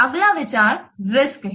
अगला विचार रिस्क है